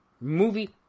movie